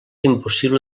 impossible